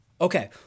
Okay